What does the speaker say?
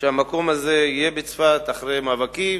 שהמקום הזה יהיה צפת אחרי מאבקים.